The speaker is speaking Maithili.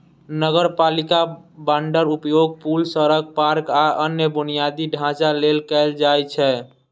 नगरपालिका बांडक उपयोग पुल, सड़क, पार्क, आ अन्य बुनियादी ढांचा लेल कैल जाइ छै